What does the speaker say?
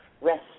rest